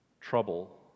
trouble